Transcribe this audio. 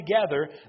together